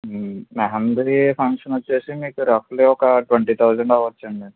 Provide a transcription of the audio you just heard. mehndi function వచ్చేసి మీకు రఫ్లీ ఒక ట్వంటీ థౌసండ్ అవ్వొచ్చు అండి